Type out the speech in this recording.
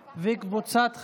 מי באמצעות מוזיקה,